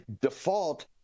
default